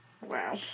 Wow